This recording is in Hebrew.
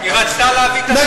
היא רצתה להביא את השלום.